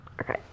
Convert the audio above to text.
Okay